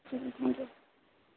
ٹھیک ہے thank you